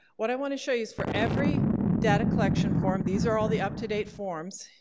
what i want to show you is for every data collection form these are all the up-to-date forms.